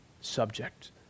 subject